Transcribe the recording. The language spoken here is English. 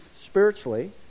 spiritually